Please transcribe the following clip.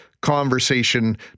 conversation